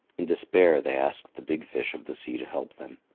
in despair they asked the big fish of the sea to help them.